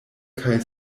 kaj